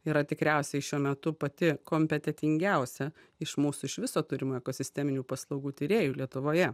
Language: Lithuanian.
yra tikriausiai šiuo metu pati kompetentingiausia iš mūsų iš viso turimų ekosisteminių paslaugų tyrėjų lietuvoje